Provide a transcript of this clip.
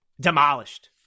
demolished